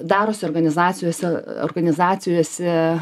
darosi organizacijose organizacijose